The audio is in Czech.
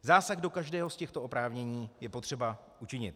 Zásah do každého z těchto oprávnění je potřeba učinit.